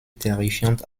terrifiante